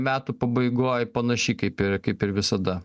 metų pabaigoj panaši kaip ir kaip ir visada